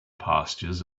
pastures